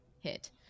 hit